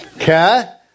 Okay